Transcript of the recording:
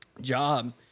job